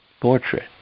Portrait